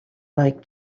like